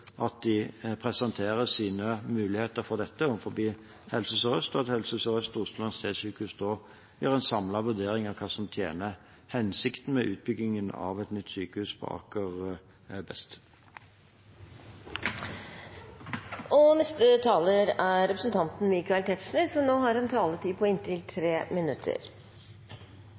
at de presenterer sine muligheter for dette for Helse Sør-Øst, og at Helse Sør-Øst og Oslo universitetssykehus da gjør en samlet vurdering av hva som tjener hensikten med utbyggingen av et nytt sykehus på Aker best. Jeg takker statsråden for svaret. Det inneholdt flere opplysninger som